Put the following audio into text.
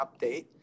update